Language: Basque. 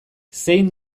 zein